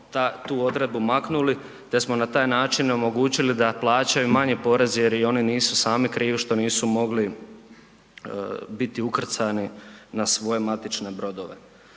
tu odredbu maknuli te smo na taj način omogućili da plaćaju manji porez jer oni nisu sami krivi što nisu mogli biti ukrcani na svoje matične brodove.